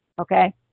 okay